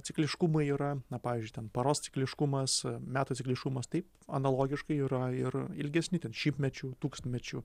cikliškumai yra na pavyzdžiui ten paros cikliškumas metų cikliškumas tai analogiškai yra ir ilgesni ten šimtmečių tūkstantmečių